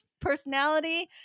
personality